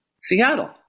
Seattle